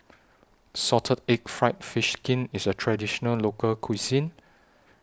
Salted Egg Fried Fish Skin IS A Traditional Local Cuisine